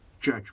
judge